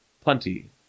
plenty